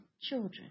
children